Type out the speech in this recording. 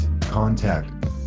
contact